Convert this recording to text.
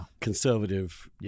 conservative